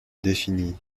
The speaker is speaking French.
définie